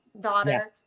daughter